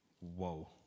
Whoa